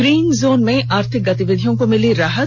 green zone में आर्थिक गतिविधियों को मिली राहत